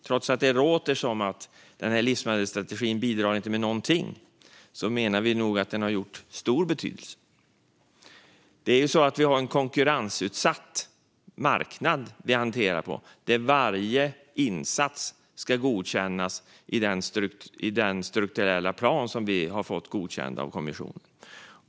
Trots att det låter som att den livsmedelsstrategin inte bidrar med någonting menar vi nog att den har haft stor betydelse. Vi har en konkurrensutsatt marknad där varje insats ska godkännas i den strukturella plan som har fått godkänt av kommissionen.